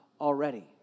already